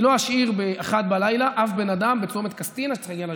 אני לא אשאיר ב-01:00 אף בן אדם בצומת קסטינה שצריך להגיע לאשדוד.